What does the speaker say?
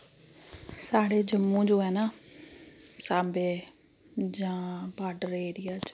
साढ़े जम्मू जो है ना सांबे जां बार्डर एरिया च